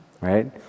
right